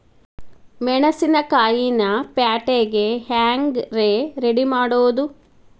ಮೆಣಸಿನಕಾಯಿನ ಪ್ಯಾಟಿಗೆ ಹ್ಯಾಂಗ್ ರೇ ರೆಡಿಮಾಡೋದು?